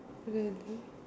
really